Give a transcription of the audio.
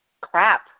crap